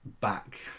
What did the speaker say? Back